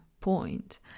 point